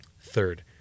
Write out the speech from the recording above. Third